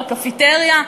בקפיטריה.